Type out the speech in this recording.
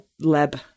lab